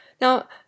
Now